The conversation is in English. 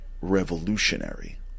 revolutionary